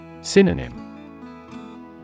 Synonym